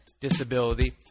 disability